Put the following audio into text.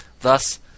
Thus